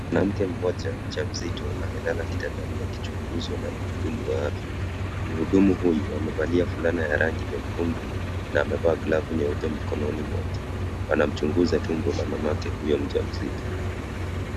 Mwanamke mmoja mjamzito amelala kitandani akichunguzwa na mhudumu wa afya. Mhudumu huyu amevalia fulana ya rangi nyekundu na amevaa glavu nyeupe mikononi mwake. Wanamchunguza tumbo la mamake huyo mjamzito.